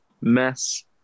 mess